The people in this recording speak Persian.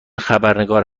خبرنگار